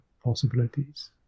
possibilities